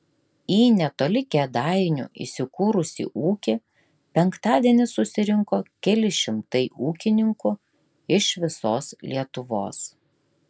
į netoli kėdainių įsikūrusį ūkį penktadienį susirinko keli šimtai ūkininkų iš visos lietuvos